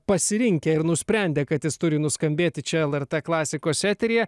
pasirinkę ir nusprendė kad jis turi nuskambėti čia lrt klasikos eteryje